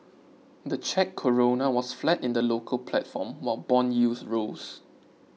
the Czech Koruna was flat in the local platform while bond yields rose